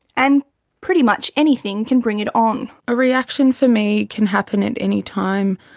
and pretty much anything can bring it on. a reaction for me can happen at any time.